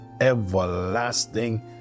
everlasting